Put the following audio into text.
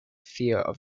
fear